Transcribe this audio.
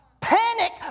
Panic